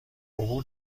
عبور